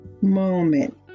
moment